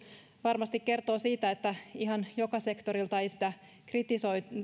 varmasti kertoo siitä että ihan joka sektorilta ei sitä